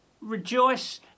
Rejoice